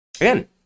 Again